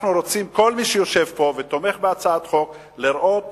כל מי שיושב פה ותומך בהצעת החוק רוצה לראות